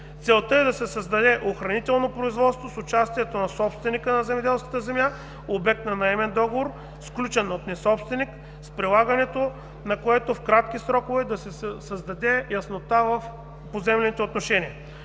Целта е да се създаде охранително производство с участието на собственика на земеделската земя – обект на наемен договор, сключен от несобственик, с прилагането на което в кратки срокове да се създаде яснота в поземлените отношения.